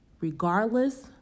Regardless